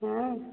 ହଁ